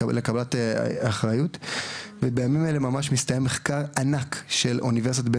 לקבלת אחריות ובימים אלו ממש מסתיים מחקר ענק של אוניברסיטת בן